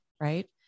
Right